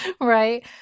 Right